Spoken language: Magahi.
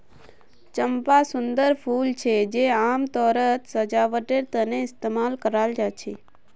चंपा सुंदर फूल छे जे आमतौरत सजावटेर तने इस्तेमाल कराल जा छे